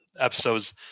episodes